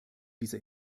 dieser